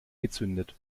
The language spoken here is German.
gezündet